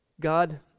God